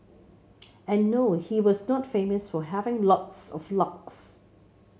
and no he was not famous for having lots of locks